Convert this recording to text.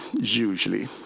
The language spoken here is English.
usually